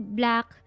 black